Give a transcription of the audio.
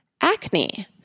acne